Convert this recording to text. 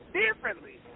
differently